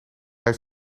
hij